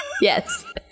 Yes